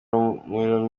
umuriro